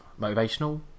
motivational